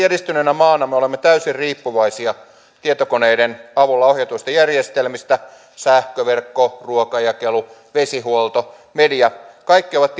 edistyneenä maana me olemme täysin riippuvaisia tietokoneiden avulla ohjatuista järjestelmistä sähköverkko ruokajakelu vesihuolto media kaikki ovat